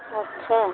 अच्छा